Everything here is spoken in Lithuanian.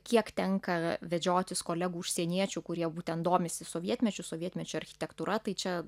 kiek tenka vedžiotis kolegų užsieniečių kurie būtent domisi sovietmečiu sovietmečio architektūra tai čia